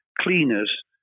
cleaners